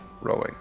rowing